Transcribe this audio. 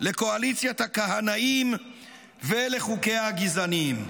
לקואליציית הכהנאים ולחוקיה הגזעניים.